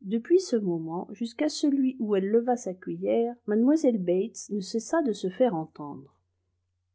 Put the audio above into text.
depuis ce moment jusqu'à celui où elle leva sa cuillère mlle bates ne cessa de se faire entendre